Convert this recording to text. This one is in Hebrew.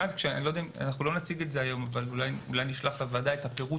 לא נציג את זה היום אבל נשלח לוועדה את פירוט